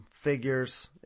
figures